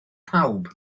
pawb